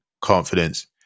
confidence